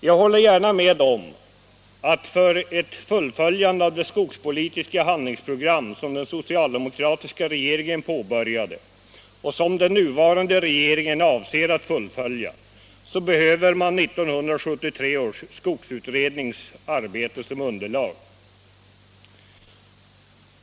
Jag håller gärna med om att man, för ett fullföljande av det skogspolitiska handlingsprogram som den socialdemokratiska regeringen påbörjade och som den nuvarande regeringen avser att fullfölja, behöver 1973 års skogsutrednings arbete som underlag.